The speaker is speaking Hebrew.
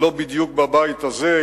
לא בדיוק בבית הזה,